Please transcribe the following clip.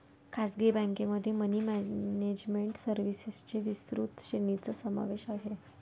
खासगी बँकेमध्ये money management सर्व्हिसेसच्या विस्तृत श्रेणीचा समावेश आहे